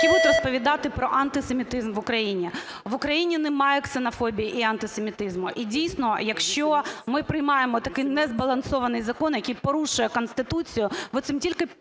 які будуть розповідати про антисемітизм в Україні. В Україні немає ксенофобії і антисемітизму. І дійсно, якщо ми приймаємо такий незбалансований закон, який порушує Конституцію, ви цим тільки